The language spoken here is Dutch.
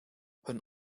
hun